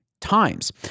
times